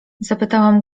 zapytałam